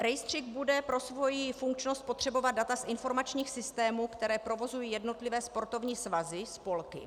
Rejstřík bude pro svoji funkčnost potřebovat data z informačních systémů, které provozují jednotlivé sportovní svazy, spolky.